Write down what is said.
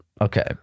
Okay